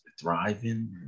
thriving